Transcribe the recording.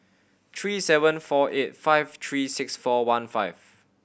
three seven four eight five three six four one five